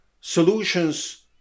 solutions